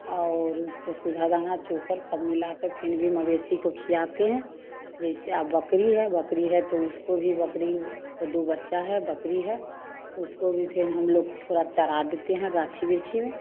और उसको सुधा दाना चोकर सब मिलाकर फिर भी मवेशी को खिलाते हैं जैसे अब बकरी है बकरी है तो उसको भी बकरी का दो बच्चा है बकरी है उसको भी फिर हम लोग थोड़ा चरा देते हैं गाछी बिछी में